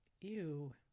Ew